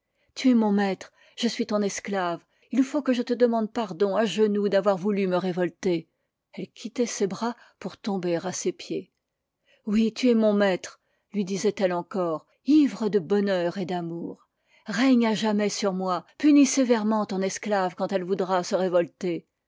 tu es mon maître je suis ton esclave il faut que je te demande pardon à genoux d'avoir voulu me révolter elle quittait ses bras pour tomber à ses pieds oui tu es mon maître lui disait-elle encore ivre de bonheur et d'amour règne à jamais sur moi punis sévèrement ton esclave quand elle voudra se révolter